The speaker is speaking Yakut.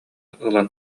ылан